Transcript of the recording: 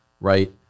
right